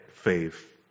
faith